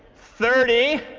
thirty.